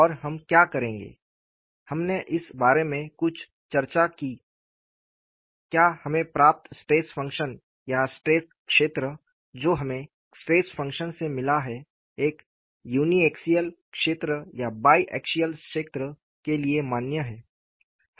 और हम क्या करेंगे हमने इस बारे में कुछ चर्चा की कि क्या हमें प्राप्त स्ट्रेस फंक्शन या स्ट्रेस क्षेत्र जो हमें स्ट्रेस फंक्शन से मिला है एक युनिएक्सिअल क्षेत्र या बाइएक्सिअल क्षेत्र के लिए मान्य है